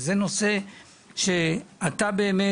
וזה נושא שאתה באמת,